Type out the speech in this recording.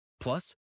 Plus